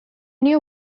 new